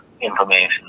information